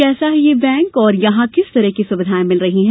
कैसा है यह बैंक और यहां किस तरह की सुविधायें मिल रही हैं